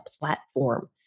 platform